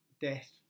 death